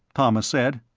thomas said.